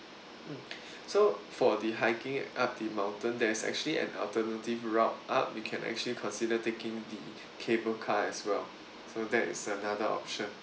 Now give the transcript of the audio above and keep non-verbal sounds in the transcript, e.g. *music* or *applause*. mm *breath* so for the hiking up the mountain there is actually an alternative route up you can actually consider taking the cable car as well so that is another option